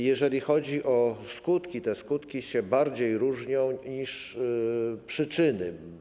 Jeżeli chodzi o skutki, to skutki bardziej się różnią niż przyczyny.